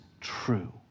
true